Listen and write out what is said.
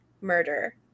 murder